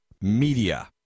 media